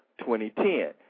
2010